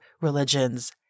religions